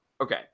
okay